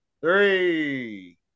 three